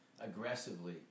Aggressively